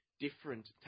different